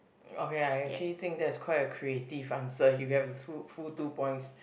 okay I actually think that's quite a creative answer you get a to~ full two points